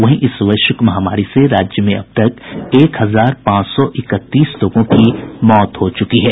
वहीं इस वैश्विक महामारी से राज्य में अब तक एक हजार पांच सौ इकतीस लोगों की मौत हो चुकी है